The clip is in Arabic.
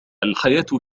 الحياة